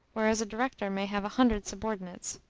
whereas a director may have a hundred subordinates.